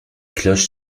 cloches